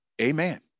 Amen